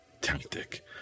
tactic